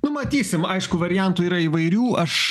nu matysim aišku variantų yra įvairių aš